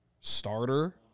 starter